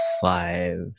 five